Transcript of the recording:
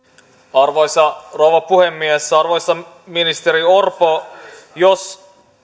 arvoisa rouva puhemies arvoisa ministeri orpo jos